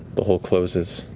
the hole closes.